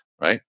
right